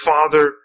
Father